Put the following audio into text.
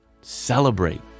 Celebrate